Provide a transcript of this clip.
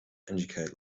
indicate